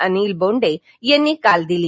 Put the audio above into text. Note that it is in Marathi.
अनिल बोंडे यांनी काल दिली